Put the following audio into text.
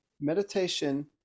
Meditation